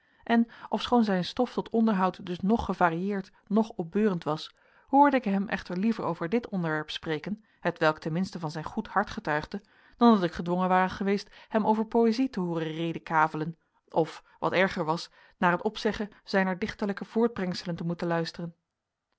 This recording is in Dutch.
en ofschoon zijn stof tot onderhoud dus noch gevarieerd noch opbeurend was hoorde ik hem echter liever over dit onderwerp spreken hetwelk ten minste van zijn goed hart getuigde dan dat ik gedwongen ware geweest hem over poëzie te hooren redekavelen of wat erger was naar het opzeggen zijner dichterlijke voortbrengselen te moeten luisteren